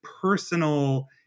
personal